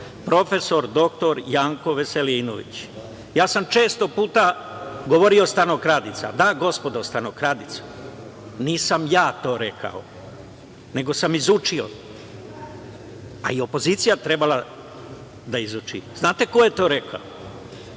prof. dr Janko Veselinović, često puta sam govorio stanokradica. Da, gospodo, stanokradica. Nisam ja to rekao, nego sam izučio, a i opozicija je trebala da izuči. Znate ko je to rekao?